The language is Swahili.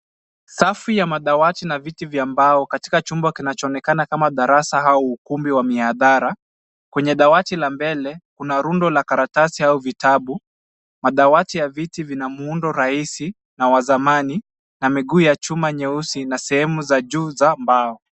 Safu ya madawati na viti vya mbao katika chumba kinachoonekana kama darasa au ukumbi wa miadhara. Kwenye dawati la mbele kuna rundo la karatasi au vitabu. Madawati ya viti vina muundo rahisi na wa zamani na miguu ya chuma nyeusi na sehemu za juu za mbao.